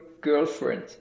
girlfriend